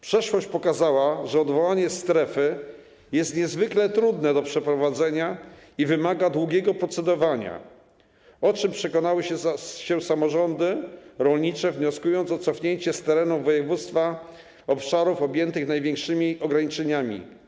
Przeszłość pokazała, że odwołanie strefy jest niezwykle trudne do przeprowadzenia i wymaga długiego procedowania, o czym przekonały się samorządy rolnicze, wnioskując o cofnięcie z terenów województwa obszarów objętych największymi ograniczeniami.